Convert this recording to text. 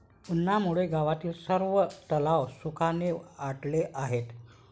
उन्हामुळे गावातील सर्व तलाव सुखाने आटले आहेत